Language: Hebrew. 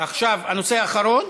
עכשיו הנושא האחרון: